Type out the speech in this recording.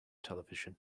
television